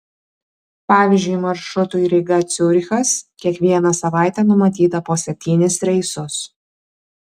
pavyzdžiui maršrutui ryga ciurichas kiekvieną savaitę numatyta po septynis reisus